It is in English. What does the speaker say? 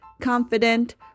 confident